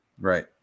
Right